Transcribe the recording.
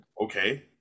Okay